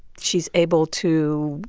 she's able to,